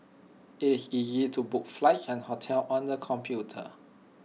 IT is easy to book flights and hotels on the computer